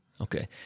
Okay